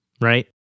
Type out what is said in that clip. right